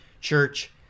Church